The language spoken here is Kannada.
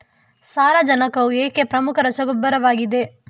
ಸಾರಜನಕವು ಏಕೆ ಪ್ರಮುಖ ರಸಗೊಬ್ಬರವಾಗಿದೆ?